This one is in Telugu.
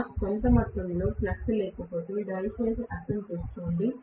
నాకు కొంత మొత్తంలో ఫ్లక్స్ లేకపోతే దయచేసి అర్థం చేసుకోండి